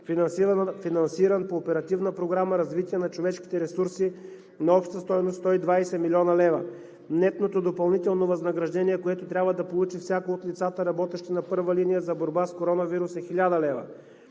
финансиран по Оперативна програма „Развитие на човешките ресурси“, на обща стойност 120 млн. лв. Нетното допълнително възнаграждение, което трябва да получи всяко от лицата, работещи на първа линия за борба с коронавируса, е 1000 лв.